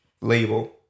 label